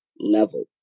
level